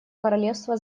королевства